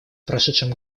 прошедшем